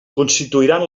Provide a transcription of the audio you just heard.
constituiran